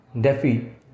DeFi